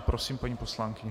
Prosím, paní poslankyně.